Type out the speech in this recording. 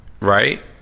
right